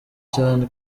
cyane